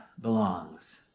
belongs